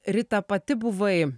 rita pati buvai